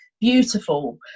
beautiful